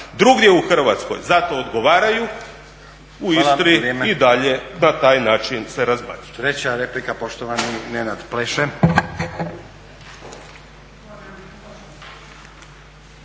Drugdje u Hrvatskoj za to odgovaraju, u Istri i dalje na taj način se razbacuje.